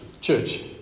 Church